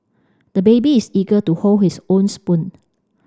the baby is eager to hold his own spoon